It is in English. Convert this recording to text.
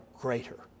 greater